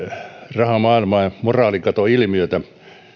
rahamaailmaa ja moraalikatoilmiötä